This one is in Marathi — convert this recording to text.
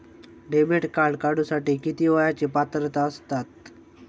डेबिट कार्ड काढूसाठी किती वयाची पात्रता असतात?